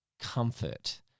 comfort